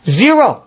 zero